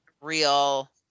real